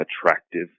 attractive